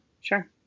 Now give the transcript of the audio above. Sure